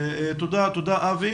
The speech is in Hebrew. תודה, תודה אבי.